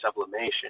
sublimation